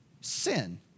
Sin